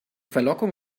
verlockung